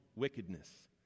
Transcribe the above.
wickedness